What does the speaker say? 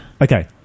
Okay